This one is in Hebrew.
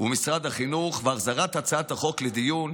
ומשרד החינוך והחזרת הצעת החוק לדיון